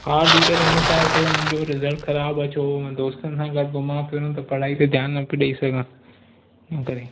हा टीचर हिन साल थोरो मुंहिंजो रिसल्ट ख़राब आहे छो की मां दोस्तनि सां गॾु घुमां फिरा पियो त पढ़ाई ते ध्यानु न पियो ॾेई सघां हिन करे